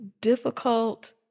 difficult